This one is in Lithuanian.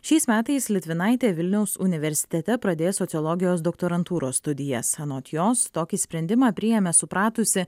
šiais metais litvinaitė vilniaus universitete pradės sociologijos doktorantūros studijas anot jos tokį sprendimą priėmė supratusi